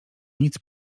nic